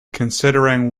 considering